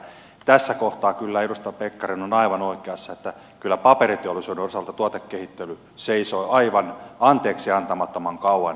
tässä kohtaa kyllä edustaja pekkarinen on aivan oikeassa että kyllä paperiteollisuuden osalta tuotekehittely seisoi aivan anteeksiantamattoman kauan paikallaan